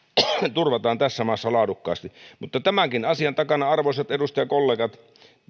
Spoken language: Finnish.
turvataan tässä maassa laadukkaasti mutta tämänkin asian takana arvoisat edustajakollegat